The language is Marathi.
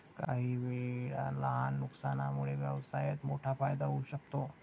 काहीवेळा लहान नुकसानामुळे व्यवसायात मोठा फायदा होऊ शकतो